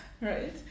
right